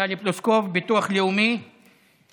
טלי פלוסקוב, הצעת